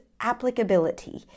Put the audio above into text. applicability